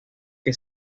que